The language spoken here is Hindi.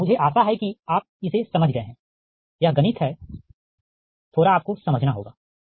मुझे आशा है कि आप इसे समझ गए हैं यह गणित है थोड़ा आपको समझना होगा ठीक